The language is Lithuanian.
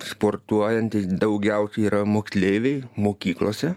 sportuojantys daugiausia yra moksleiviai mokyklose